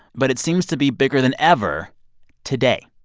but it seems to be bigger than ever today.